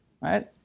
right